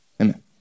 Amen